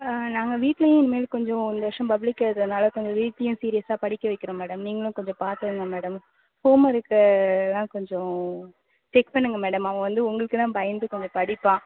நாங்கள் வீட்டிலையும் இனிமேல் கொஞ்சம் இந்த வருடம் பப்ளிக் எழுதுறதனால கொஞ்சம் வீட்டிலையும் சீரியஸாக படிக்க வைக்கிறோம் மேடம் நீங்களும் கொஞ்சம் பார்த்துக்கங்க மேடம் ஹோம் ஒர்க்குலாம் கொஞ்சம் செக் பண்ணுங்கள் மேடம் அவன் வந்து உங்களுக்குன்னால் பயந்து கொஞ்சம் படிப்பான்